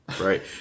right